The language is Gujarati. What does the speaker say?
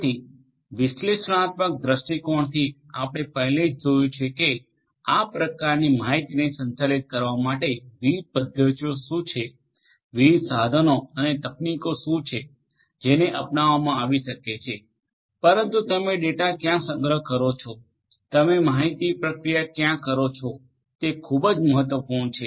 તેથી વિશ્લેષણાત્મક દૃષ્ટિકોણથી આપણે પહેલેથી જ જોયું છે કે આ પ્રકારની માહિતીને સંચાલિત કરવા માટે વિવિધ પદ્ધતિઓ શું છે વિવિધ સાધનો અને તકનીકો શું છે જેને અપનાવવામાં આવી શકે છે પરંતુ તમે ડેટા ક્યાં સંગ્રહ કરો છો તમે માહિતી પ્રક્રિયા ક્યાં કરો છે તે ખૂબ જ મહત્વપૂર્ણ છે